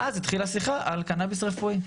ואז התחילה שיחה על קנאביס רפואי,